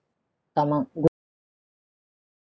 come out good